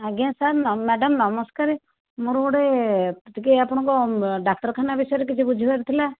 ଆଜ୍ଞା sir madam ନମସ୍କାରେ ମୋର ଗୋଟେ ଟିକେ ଆପଣଙ୍କ ଡାକ୍ତରଖାନା ବିଷୟରେ କିଛି ବୁଝିବାର ଥିଲା